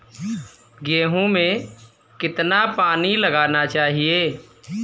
गेहूँ में कितना पानी लगाना चाहिए?